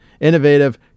innovative